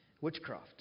witchcraft